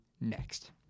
next